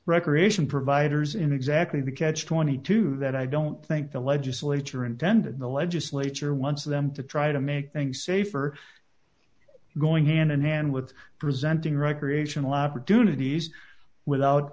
recreation providers in exactly the catch twenty two that i don't think the legislature intended the legislature wants them to try to make things safer going hand in hand with presenting recreational opportunities without